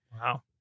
Wow